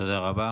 תודה רבה.